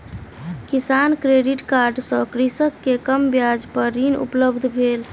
किसान credit card सँ कृषक के कम ब्याज पर ऋण उपलब्ध भेल